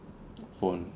phone